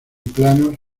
planos